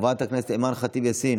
חבר הכנסת אלעזר שטרן,